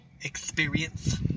experience